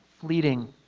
fleeting